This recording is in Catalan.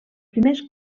primers